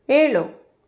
ಏಳು